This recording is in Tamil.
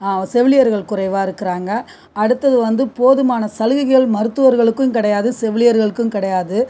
செவிலியர்கள் குறைவாக இருக்குறாங்கள் அடுத்தது வந்து போதுமான சலுகைகள் மருத்துவருக்கு கிடையாது சிவிலியர்களுக்கு கிடையாது